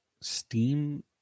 steam